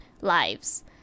lives